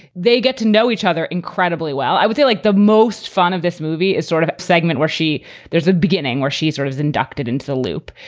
they get to know each other incredibly well. i would say, like, the most fun of this movie is sort of segment where she there's a beginning where she's sort of is inducted into the loop.